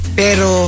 pero